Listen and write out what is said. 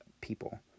people